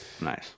nice